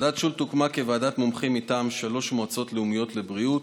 ועדת שולט הוקמה כוועדת מומחים מטעם שלוש מועצות לאומיות לבריאות.